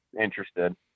interested